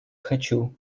хочу